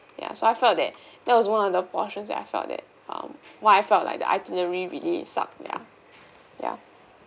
ya so I felt that that was one of the portions that I felt that um why I felt like the itinerary really suck ya ya